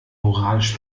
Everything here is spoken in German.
moralisch